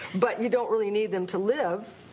but you don't really need them to live.